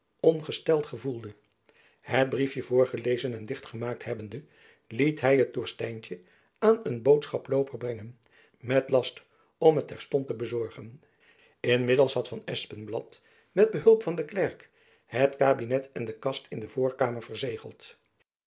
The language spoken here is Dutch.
ongesteld gevoelde het briefjen voorgelezen en dichtgemaakt hebbende liet hy het door stijntjen aan een boodschaplooper brengen met last om het terstond te bezorgen inmiddels had van espenblad met behulp van den klerk het kabinet en de kast in de voorkamer verzegeld